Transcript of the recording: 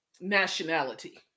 nationality